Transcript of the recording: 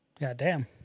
Goddamn